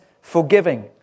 forgiving